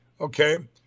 okay